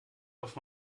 auf